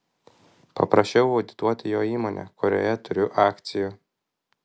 paprašiau audituoti jo įmonę kurioje turiu akcijų